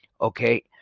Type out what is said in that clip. Okay